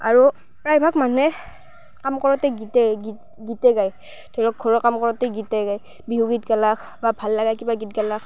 আৰু প্ৰায়ভাগ মানুহে কাম কৰোঁতে গীতেই গীত গীতেই গায় ধৰক ঘৰৰ কাম কৰোঁতেও গীতে গায় বিহু গীত গালে বা ভাল লগা কিবা গীত গালে